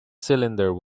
cylinder